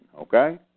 okay